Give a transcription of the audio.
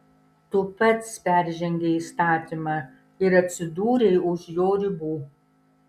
tu pats peržengei įstatymą ir atsidūrei už jo ribų